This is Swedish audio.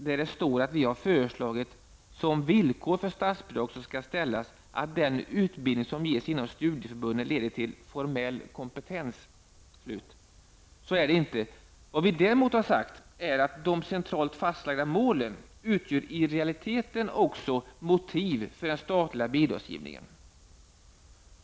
Där står att vi föreslagit att ''som villkor skall ställas att den utbildning som ges inom studieförbunden leder till formell kompetens''. Så är det inte. Vad vi däremot har sagt är att de centralt fastlagda målen i realiteten också utgör motiv för den statliga bidragsgivningen.